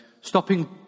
stopping